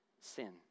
Sin